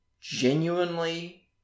genuinely